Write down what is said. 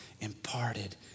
imparted